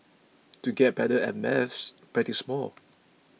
to get better at maths practise more